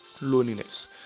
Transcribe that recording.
loneliness